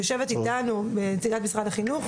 יושבת אתנו נציגת משרד החינוך,